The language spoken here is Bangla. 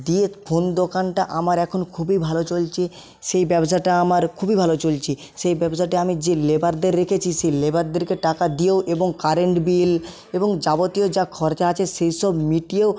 দিয়ে ফোন দোকানটা আমার এখন খুবই ভালো চলছে সেই ব্যবসাটা আমার খুবই ভালো চলছে সেই ব্যবসাটায় আমি যে লেবারদের রেখেছি সেই লেবারদেরকে টাকা দিয়েও এবং কারেন্ট বিল এবং যাবতীয় যা খরচা আছে সেই সব মিটিয়েও